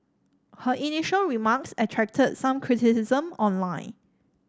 her initial remarks attracted some criticism online